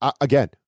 again